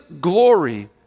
glory